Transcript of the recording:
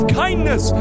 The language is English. kindness